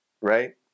right